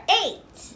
eight